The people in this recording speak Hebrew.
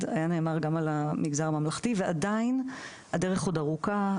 היה נאמר גם על המגזר הממלכתי ועדיין הדרך עוד ארוכה.